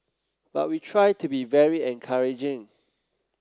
but we try to be very encouraging